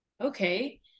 Okay